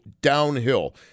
downhill